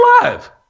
alive